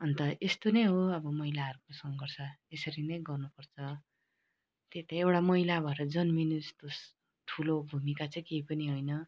अन्त यस्तो नै हो अब महिलाहरूको सङ्घर्ष यसरी नै गर्नुपर्छ त्यही त एउटा महिला भएर जन्मिनु जस्तो ठुलो भूमिका चाहिँ केही पनि होइन